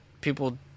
people